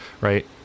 right